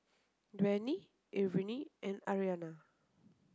Benny Irvine and Arianna